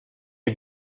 die